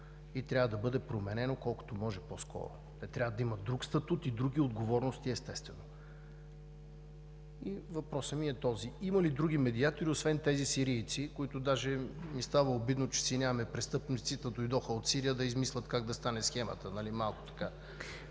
и трябва да бъде променено, колкото може по-скоро! Те трябва да имат друг статут и други отговорности, естествено. Въпросът ми е: има ли други медиатори освен тези сирийци? Даже ми става обидно, че си нямаме престъпници, та дойдоха от Сирия да измислят как да стане схемата! Благодаря.